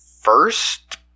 first